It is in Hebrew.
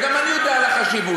וגם אני יודע על החשיבות,